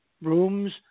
rooms